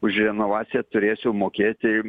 už renovaciją turėsiu mokėti